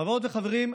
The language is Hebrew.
חברות וחברים,